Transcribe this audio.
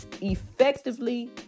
effectively